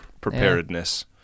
preparedness